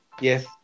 yes